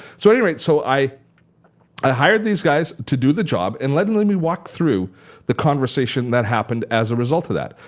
so anyway, so i ah hired these guys to do the job and let and let me walk through the conversation that happened as a result of that.